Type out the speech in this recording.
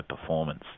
performance